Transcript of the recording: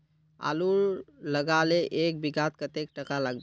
आलूर लगाले एक बिघात कतेक टका लागबे?